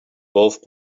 both